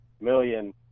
million